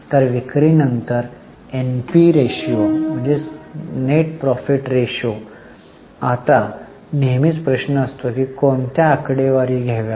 तर विक्री नंतर एनपी रेशो नफा आता नेहमीच प्रश्न असतो की कोणत्या आकडेवारी घ्याव्या